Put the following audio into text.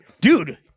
Dude